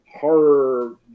horror